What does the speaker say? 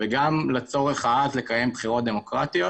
וגם בשים לב לצורך העז לקיים בחירות דמוקרטיות.